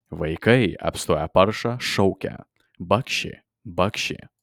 vaikai apstoję paršą šaukia bakši bakši